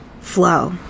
flow